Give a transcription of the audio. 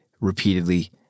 repeatedly